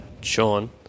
Sean